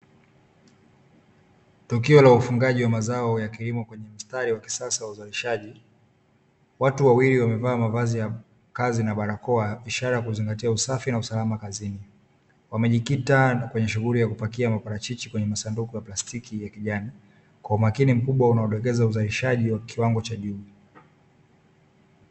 Tukio la ufungaji wa mazao ya kilimo kwenye mstari wa kisasa wa uzalishaji. Watu wawili wamevaa mavazi ya kazi na barakoa ishara ya kuzingatia usafi na usalama kazini. Wamejikita kwenye shughuli ya kupakia maparachichi kwenye masunduku ya plastiki ya kijani kwa umakini mkubwa unadokeza uzalishaji wa kiwango cha juu.